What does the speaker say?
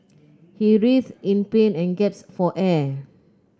he writhed in pain and gasped for air